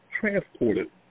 transported